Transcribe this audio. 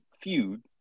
feud